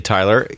Tyler